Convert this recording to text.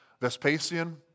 Vespasian